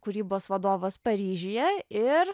kūrybos vadovas paryžiuje ir